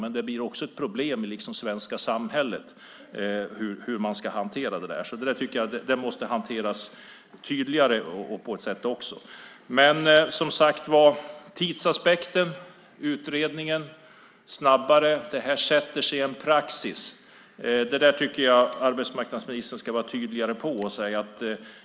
Men det blir också ett problem i det svenska samhället hur man ska hantera detta. Detta måste hanteras tydligare. Men när det gäller tidsaspekten, utredningen och att det ska gå snabbare sätter sig en praxis. Jag tycker att arbetsmarknadsministern ska vara tydligare i fråga om detta.